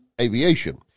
Aviation